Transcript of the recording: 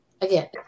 again